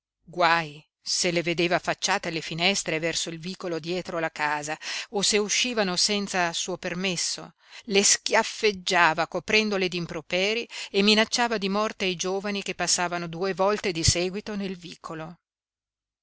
guai se le vedeva affacciate alle finestre verso il vicolo dietro la casa o se uscivano senza suo permesso le schiaffeggiava coprendole d'improper e minacciava di morte i giovani che passavano due volte di seguito nel vicolo